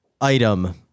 item